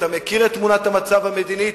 אתה מכיר את תמונת המצב המדינית.